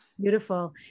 Beautiful